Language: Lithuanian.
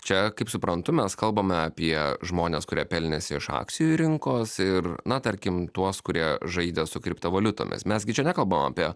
čia kaip suprantu mes kalbame apie žmones kurie pelnėsi iš akcijų rinkos ir na tarkim tuos kurie žaidė su kriptovaliutomis mes gi čia nekalbam apie